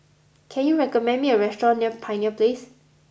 can you recommend me a restaurant near Pioneer Place